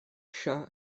shah